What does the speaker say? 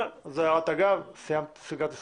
אבל זאת הערת אגב וסגרתי סוגריים.